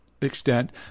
extent